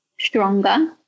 stronger